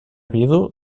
vidu